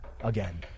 again